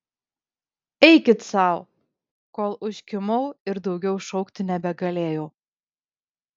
eikit sau kol užkimau ir daugiau šaukti nebegalėjau